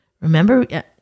Remember